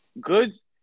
goods